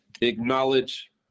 acknowledge